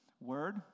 word